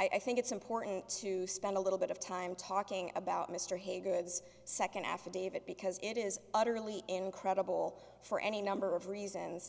i think it's important to spend a little bit of time talking about mr hay goods second affidavit because it is utterly incredible for any number of reasons